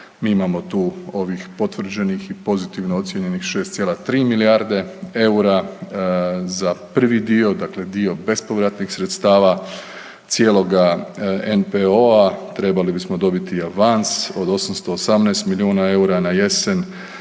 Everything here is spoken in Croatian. Mi imamo tu ovih potvrđenih i pozitivno ocijenjenih 6,3 milijarde eura, za prvi dio dakle dio bespovratnih sredstava cijeloga NPO-a trebali smo dobiti avans od 818 milijuna eura na jesen.